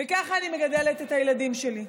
וככה אני מגדלת את הילדים שלי.